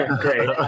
great